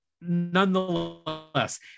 Nonetheless